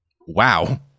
Wow